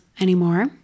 anymore